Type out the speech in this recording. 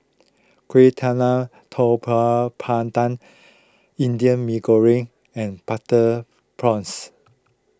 Kueh Talam Tepong Pandan Indian Mee Goreng and Butter Prawns